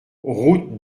route